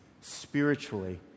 spiritually